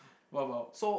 what about